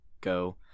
Go